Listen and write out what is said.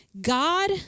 God